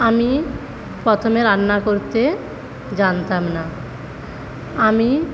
আমি প্রথমে রান্না করতে জানতাম না আমি